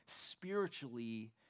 spiritually